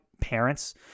parents